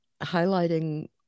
highlighting